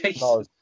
No